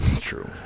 True